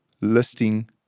listing